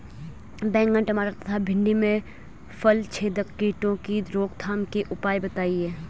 बैंगन टमाटर तथा भिन्डी में फलछेदक कीटों की रोकथाम के उपाय बताइए?